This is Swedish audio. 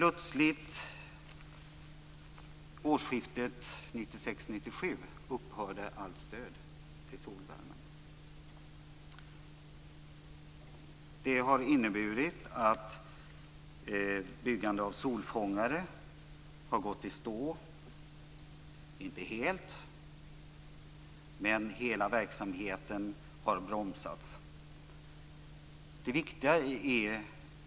Vid årsskiftet 1996/1997 upphörde plötsligt allt stöd till solvärmen. Det har inneburit att byggandet av solfångare har gått i stå, inte helt. Men hela verksamheten har bromsats.